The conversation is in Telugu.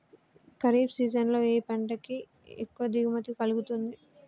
ఖరీఫ్ సీజన్ లో ఏ పంట కి ఎక్కువ దిగుమతి కలుగుతుంది?